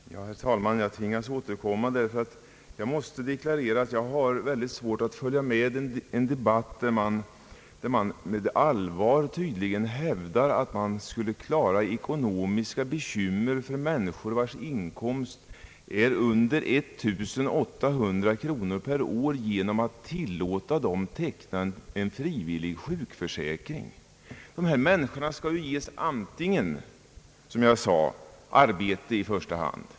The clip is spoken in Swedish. Herr talman! Jag tvingas återkomma, ty jag måste deklarera att jag har svårt att följa med en debatt, där man tydligen på allvar hävdar att man skulle klara ekonomiska bekymmer för människor, vilkas inkomst är under 1 800 kronor per år, genom att tillåta dem att teckna en frivillig sjukförsäkring. Som jag sade skall dessa människor i första hand ges arbete.